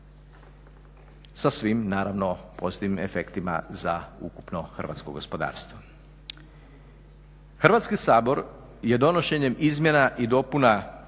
sa svim naravno pozitivnim efektima za ukupno hrvatsko gospodarstvo. Hrvatski sabor je donošenjem izmjena i dopuna